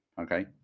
okay